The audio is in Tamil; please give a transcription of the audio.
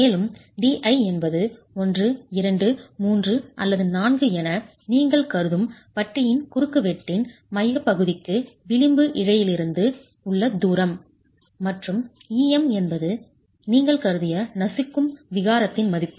மேலும் di என்பது 1 2 3 அல்லது 4 என நீங்கள் கருதும் பட்டியின் குறுக்குவெட்டின் மையப்பகுதிக்கு விளிம்பு இழையிலிருந்து உள்ள தூரம் மற்றும் εm என்பது நீங்கள் கருதிய நசுக்கும் விகாரத்தின் மதிப்பு